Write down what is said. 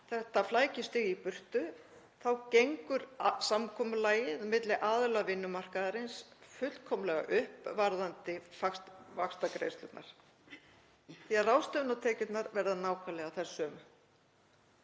þetta flækjustig í burtu þá gengur samkomulagið milli aðila vinnumarkaðarins fullkomlega upp varðandi vaxtagreiðslurnar, því ráðstöfunartekjurnar verða nákvæmlega þær sömu.